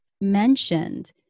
mentioned